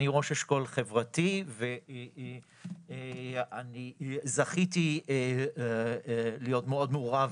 אני ראש אשכול חברתי ואני זכיתי להיות מאוד מעורב